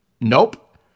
Nope